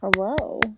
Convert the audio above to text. Hello